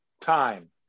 time